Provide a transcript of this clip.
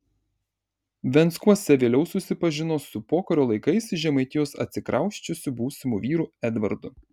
venckuose vėliau susipažino su pokario laikais iš žemaitijos atsikrausčiusiu būsimu vyru edvardu